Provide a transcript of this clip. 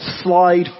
slide